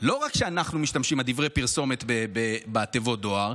לא רק שאנחנו משתמשים, דברי הפרסומת, בתיבות דואר,